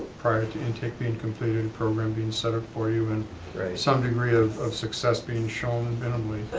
prior to intake being completed, a program being set up for you, and some degree of of success being shown imminently.